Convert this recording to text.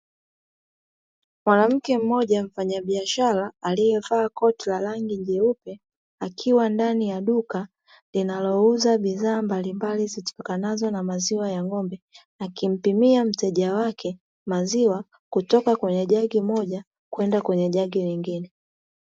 Mwanamke mmoja mfanya biashara aliyevaa koti la rangi nyeupe akiwa ndani ya duka linalouza bidhaa mbalimbali zitokanazo na maziwa ya ng'ombe akimpimia mteja wake maziwa kutoka kwenye jagi moja kwenda kwenye jagi lingine.